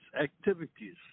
activities